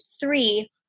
three